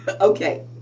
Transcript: Okay